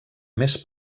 més